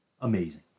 Amazing